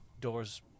door's